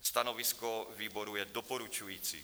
Stanovisko výboru je doporučující.